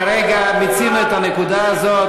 כרגע מיצינו את הנקודה הזאת.